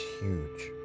huge